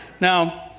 Now